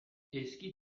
eski